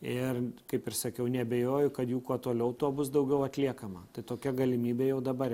ir kaip ir sakiau neabejoju kad jų kuo toliau tuo bus daugiau atliekama tai tokia galimybė jau dabar